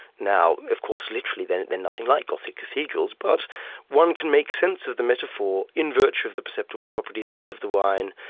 now of course, literally they're they're nothing like gothic cathedrals, but one can make sense of the metaphor in virtue of the perceptual properties of the wine,